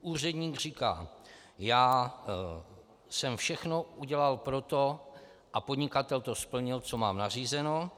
Úředník říká: já jsem všechno udělal pro to, a podnikatel to splnil, co má nařízeno.